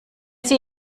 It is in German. sie